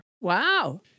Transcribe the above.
Wow